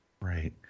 Right